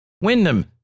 Wyndham